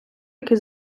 який